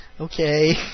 Okay